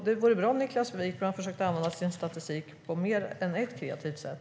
Det vore bra om Niklas Wykman försökte använda sin statistik på mer än ett kreativt sätt.